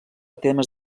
temes